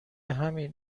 همین